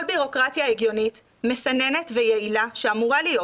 בירוקרטיה הגיונית מסננת ויעילה שאמורה להיות,